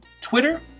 Twitter